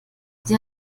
sie